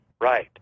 Right